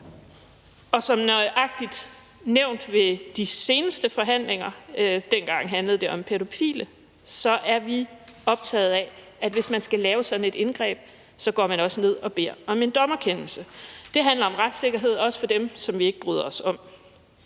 Og som det nøjagtig blev nævnt ved de seneste forhandlinger – dengang handlede det om pædofile – er vi optaget af, at man, hvis man skal lave sådan et indgreb, går ned og beder om en dommerkendelse. Det handler om retssikkerhed – også for dem, som vi ikke bryder os om.